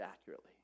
accurately